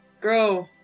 grow